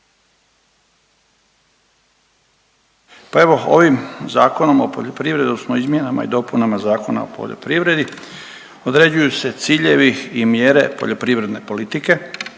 Pa evo ovim Zakonom o poljoprivredi izmjenama i dopunama Zakona o poljoprivredi određuju se ciljevi i mjere poljoprivredne politike,